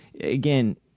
Again